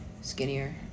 skinnier